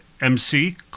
MC